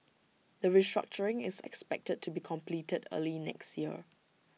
the restructuring is expected to be completed early next year